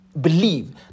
believe